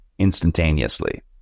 instantaneously